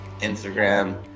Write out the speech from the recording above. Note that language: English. Instagram